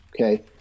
Okay